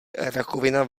rakovina